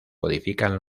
codifican